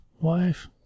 wife